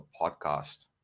podcast